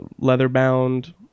leather-bound